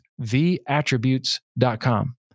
theattributes.com